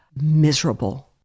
miserable